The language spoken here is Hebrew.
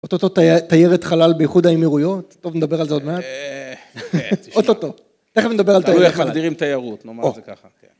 אוטוטו תיירת חלל באיחוד האימירויות? טוב, נדבר על זה עוד מעט. אוטוטו, תכף נדבר על תיירת חלל. תראו איך מגדירים תיירות, נאמר זה ככה, כן.